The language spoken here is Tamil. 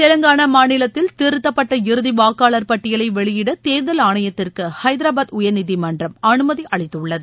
தெலங்கானா மாநிலத்தில் திருத்தப்பட்ட இறுதி வாக்காளர் பட்டியலை வெளியிட தேர்தல் ஆணையத்திற்கு ஹைதராபாத் உயர்நீதிமன்றம் அனுமதி அளித்துள்ளது